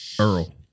Earl